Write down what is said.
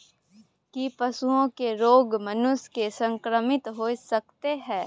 की पशुओं के रोग मनुष्य के संक्रमित होय सकते है?